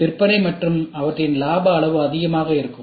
விற்பனை மற்றும் அவற்றின் லாப அளவு அதிகமாக இருக்கும்